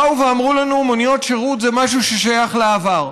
באו ואמרו לנו: מוניות שירות זה משהו ששייך לעבר,